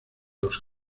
los